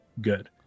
good